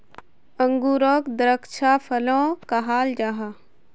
अन्गूरोक द्राक्षा फलो कहाल जाहा